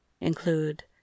include